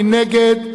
מי נגד?